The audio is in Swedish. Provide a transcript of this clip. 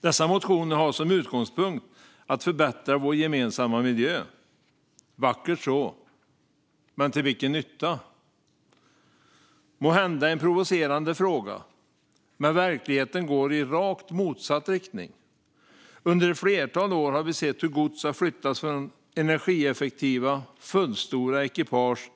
Dessa motioner har som utgångspunkt att förbättra vår gemensamma miljö - vackert så, men till vilken nytta? Det är måhända en provocerande fråga, men verkligheten går i rakt motsatt riktning. Under ett flertal år har vi sett hur gods har flyttats från energieffektiva fullstora ekipage